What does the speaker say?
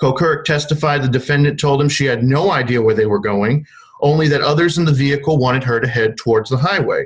her testified the defendant told him she had no idea where they were going only that others in the vehicle wanted her to head towards the highway